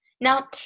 Now